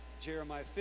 Jeremiah